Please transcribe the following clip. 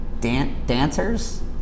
Dancers